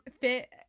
fit